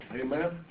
amen